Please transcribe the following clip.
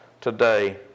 today